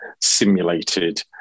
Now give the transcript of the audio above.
simulated